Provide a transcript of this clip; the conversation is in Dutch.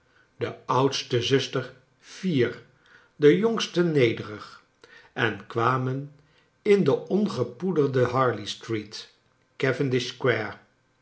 de oudste zuster fier de jongste nederig en kwamen in de ongepoederde harley street